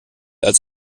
als